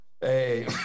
Hey